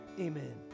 amen